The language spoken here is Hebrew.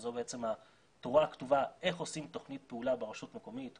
שזו בעצם התורה הכתובה איך עושים תוכנית פעולה ברשות מקומית,